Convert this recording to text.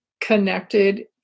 connected